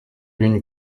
l’une